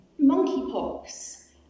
monkeypox